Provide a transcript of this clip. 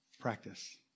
Practice